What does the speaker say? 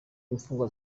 imfungwa